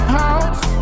house